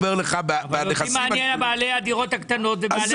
אותי מעניינים בעלי הדירות הקטנות ובעלי